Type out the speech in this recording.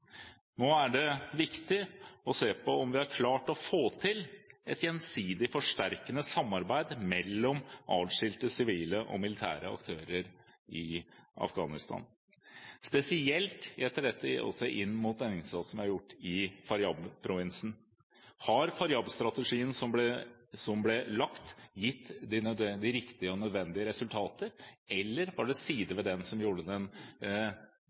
Nå er det viktig å se på om vi har klart å få til et gjensidig forsterkende samarbeid mellom atskilte sivile og militære aktører i Afghanistan. Spesielt gjelder dette også den innsatsen som er gjort i Faryab-provinsen. Har Faryab-strategien som ble lagt, gitt de riktige og nødvendige resultater, eller var det sider ved den som gjorde den